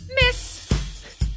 Miss